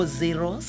zero